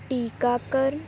ਟੀਕਾਕਰਨ